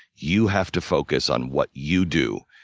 you have to focus on what you do.